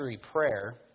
prayer